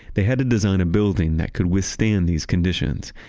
they had to design a building that could withstand these conditions,